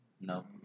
no